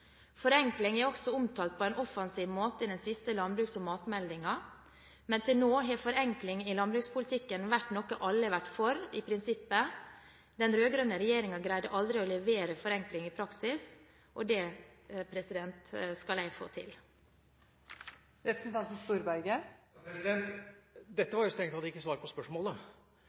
Forenkling er også omtalt på en offensiv måte i den siste landbruks- og matmeldingen, men til nå har forenkling i landbrukspolitikken vært noe alle har vært for, i prinsippet. Den rød-grønne regjeringen greide aldri å levere forenkling i praksis. Det skal jeg få til. Dette var strengt tatt ikke svar på spørsmålet.